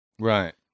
right